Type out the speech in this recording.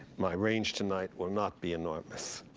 my range tonight will not be enormous.